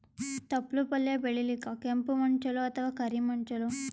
ತೊಪ್ಲಪಲ್ಯ ಬೆಳೆಯಲಿಕ ಕೆಂಪು ಮಣ್ಣು ಚಲೋ ಅಥವ ಕರಿ ಮಣ್ಣು ಚಲೋ?